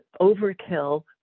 overkill